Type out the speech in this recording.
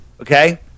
Okay